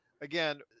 Again